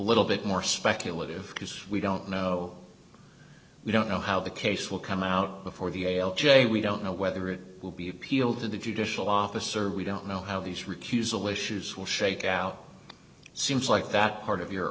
little bit more speculative because we don't know we don't know how the case will come out before the yale j we don't know whether it will be appealed to the judicial officer we don't know how these recusal issues will shake out seems like that part of your